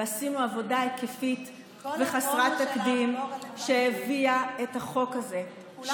ועשינו עבודה היקפית וחסרת תקדים שהביאה את החוק הזה,